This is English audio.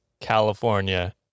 California